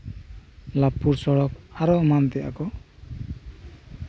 ᱞᱟᱵᱷᱯᱩᱨ ᱥᱚᱲᱚᱠ ᱟᱨᱚ ᱮᱢᱟᱱ ᱛᱮᱭᱟᱜ ᱠᱚ